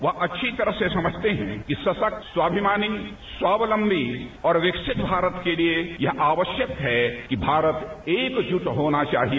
वह अच्छी तरह से समझते है कि सशक्त स्वाभिमानी स्वावलंबी और विकसित भारत के लिए यह आवश्यक है कि भारत एकजुट होना चाहिए